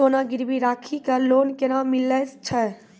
सोना गिरवी राखी कऽ लोन केना मिलै छै?